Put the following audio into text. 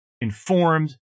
informed